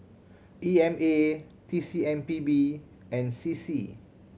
E M A T C M P B and C C